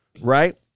right